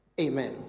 Amen